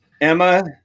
Emma